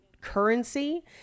currency